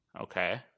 Okay